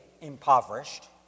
impoverished